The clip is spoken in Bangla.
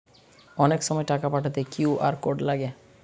অনেক সময় টাকা পাঠাতে কিউ.আর কোড লাগে